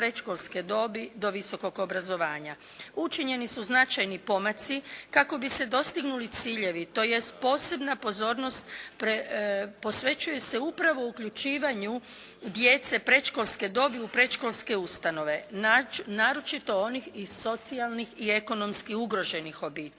predškolske dobi do visokog obrazovanja. Učinjeni su značajni pomaci kako bi se dostignuli ciljevi, tj. posebna pozornost posvećuje se upravo uključivanju djece predškolske dobi u predškolske ustanove naročito onih iz socijalnih i ekonomski ugroženih obitelji.